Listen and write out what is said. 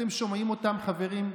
אתם שומעים אותם, חברים?